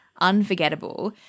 unforgettable